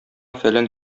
фәлән